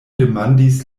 demandis